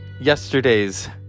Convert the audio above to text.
yesterday's